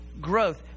growth